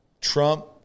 Trump